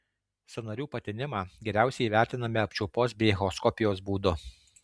sąnarių patinimą geriausiai įvertiname apčiuopos bei echoskopijos būdu